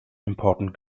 important